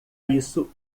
isso